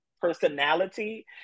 personality